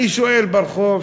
אני שואל ברחוב,